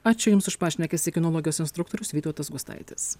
ačiū jums už pašnekesį kinologijos instruktorius vytautas gustaitis